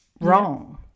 wrong